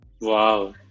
Wow